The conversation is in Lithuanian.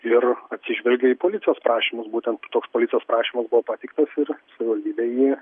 ir atsižvelgė į policijos prašymus būtent toks policijos prašymas buvo pateiktas ir savivaldybėj